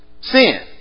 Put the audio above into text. Sin